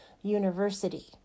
University